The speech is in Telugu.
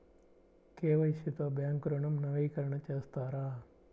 కే.వై.సి తో బ్యాంక్ ఋణం నవీకరణ చేస్తారా?